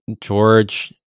George